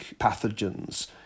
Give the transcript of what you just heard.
pathogens